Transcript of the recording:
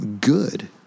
good